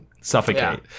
suffocate